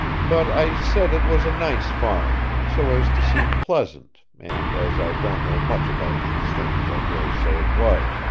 but i said it was a nice farm, so as to seem pleasant, and as i don't know much about these things i dare say it was,